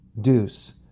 Deuce